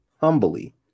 Humbly